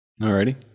Alrighty